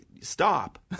stop